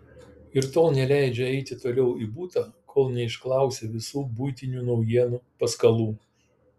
ir tol neleidžia eiti toliau į butą kol neišklausia visų buitinių naujienų paskalų